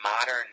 modern